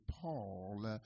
Paul